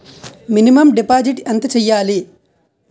Minimum deposit ఎంత చెయ్యాలి?